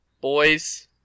Boys